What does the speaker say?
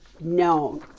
known